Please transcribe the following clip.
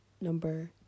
number